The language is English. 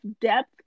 depth